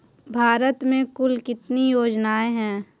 भारत में कुल कितनी योजनाएं हैं?